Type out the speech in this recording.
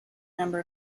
number